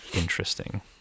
interesting